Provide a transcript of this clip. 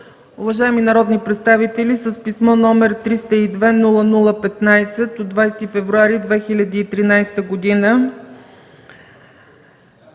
Уважаеми народни представители, с писмо № 302-00-15 от 20 февруари 2013 г.